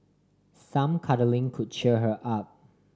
some cuddling could cheer her up